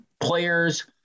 players